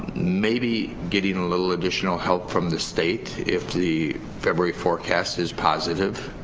maybe, getting a little additional help from the state if the february forecast is positive,